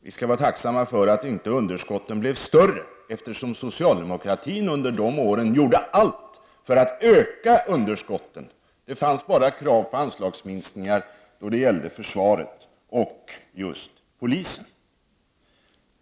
Vi skall vara tacksamma för att underskotten inte blev större, eftersom socialdemokraterna under dessa år gjorde allt för att öka underskotten. Socialdemokraterna ställde bara krav på anslagsminskningar när det gällde försvaret och just polisen.